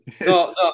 No